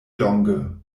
longe